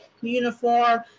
uniform